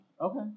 Okay